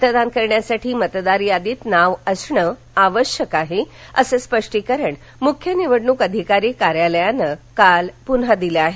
मतदान करण्यासाठी मतदार यादीत नाव असणं आवश्यक आहे असं स्पष्टीकरण मुख्य निवडणूक अधिकारी कार्यालयानं काल पुन्हा दिले आहे